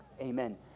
amen